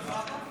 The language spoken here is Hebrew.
ההצעה להעביר